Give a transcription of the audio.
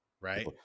right